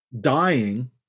dying